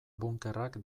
bunkerrak